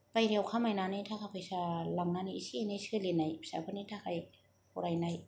बायहेरायाव खामायनानै थाखा फैसा लांनानै एसे एनै सोलिनाय फिसाफोरनि थाखाय फरायनाय